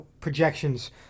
projections